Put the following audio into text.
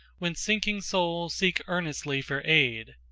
when sinking souls seek earnestly for aid.